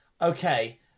Okay